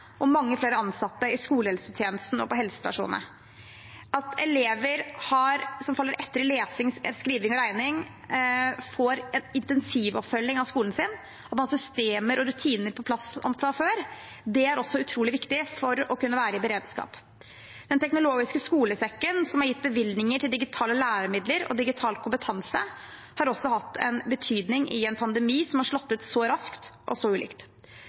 og mange flere ansatte i skolehelsetjenesten og på helsestasjonene, at elever som faller etter i lesing, skriving og regning, får en intensivoppfølging av skolen sin, og at man har systemer og rutiner på plass fra før. Det er også utrolig viktig for å kunne være i beredskap. Den teknologiske skolesekken, som har gitt bevilgninger til digitale læremidler og digital kompetanse, har også hatt betydning i en pandemi som har slått ut så raskt og så ulikt.